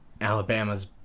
Alabama's